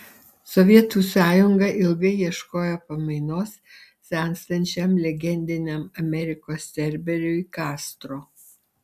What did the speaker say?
sovietų sąjunga ilgai ieškojo pamainos senstančiam legendiniam amerikos cerberiui kastro